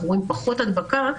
אנחנו רואים פחות הדבקה,